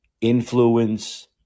influence